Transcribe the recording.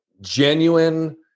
genuine